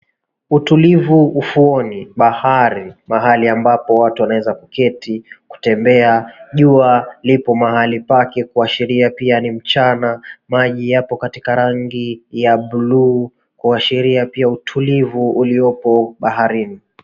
Utulivu ufuoni, bahari, mahali ambapo watu wanaweza kuketi, kutembea. Jua lipo mahali pake kuashiria pia ni mchana. Maji yapo katika rangi ya buluu kuashiria pia utulivu uliopo baharini.